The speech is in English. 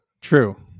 true